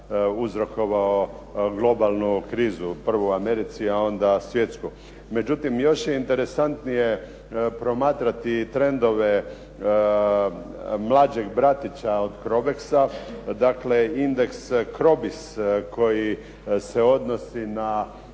uzrokovao globalnu krizu prvo u Americi, a onda svjetsku. Međutim, još je interesantnije promatrati i trendove mlađeg bratića od CROBEX-a, dakle indeks CCROBIS koji se odnosi na